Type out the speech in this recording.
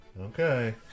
Okay